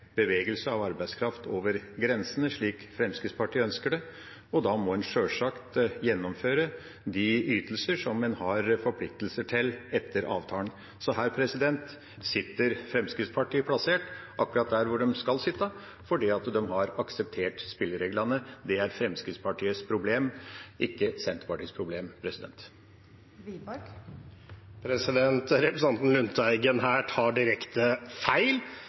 bevegelse av arbeidskraft over grensene, slik Fremskrittspartiet ønsker det, og da må en sjølsagt gjennomføre de ytelser som en har forpliktelser til etter avtalen. Så her sitter Fremskrittspartiet plassert akkurat der hvor de skal sitte, fordi de har akseptert spillereglene. Det er Fremskrittspartiets problem, ikke Senterpartiets problem. Representanten Lundteigen tar her direkte feil.